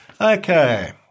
Okay